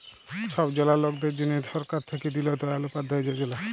ছব জলা লকদের জ্যনহে সরকার থ্যাইকে দিল দয়াল উপাধ্যায় যজলা